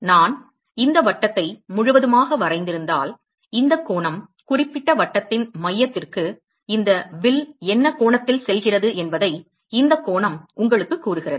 நான் இந்த வட்டத்தை முழுவதுமாக வரைந்திருந்தால் இந்தக் கோணம் குறிப்பிட்ட வட்டத்தின் மையத்திற்கு இந்த வில் என்ன கோணத்தில் செல்கிறது என்பதை இந்தக் கோணம் உங்களுக்குக் கூறுகிறது